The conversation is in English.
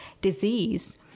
disease